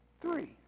three